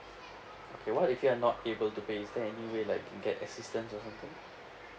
okay what if we're not able to pay is there any way like can get assistance or something